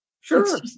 sure